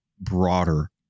broader